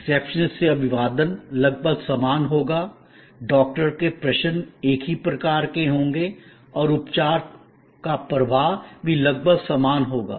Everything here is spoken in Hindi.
रिसेप्शनिस्ट से अभिवादन लगभग समान होगा डॉक्टर के प्रश्न एक ही प्रकार के होंगे और उपचार का प्रवाह भी लगभग समान होगा